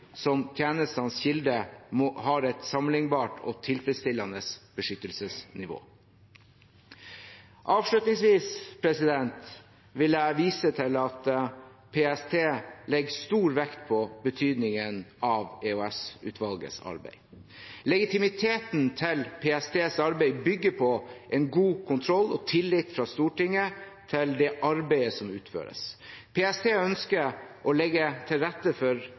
som tjenestenes kilder har et sammenlignbart og tilfredsstillende beskyttelsesnivå. Avslutningsvis vil jeg vise til at PST legger stor vekt på betydningen av EOS-utvalgets arbeid. Legitimiteten til PSTs arbeid bygger på en god kontroll og tillit fra Stortinget til det arbeidet som utføres. PST ønsker å legge til rette for